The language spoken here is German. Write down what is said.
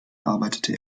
arbeitete